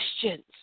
questions